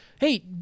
hey